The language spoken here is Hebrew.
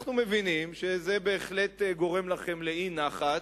אנחנו מבינים שזה בהחלט גורם לכם אי-נחת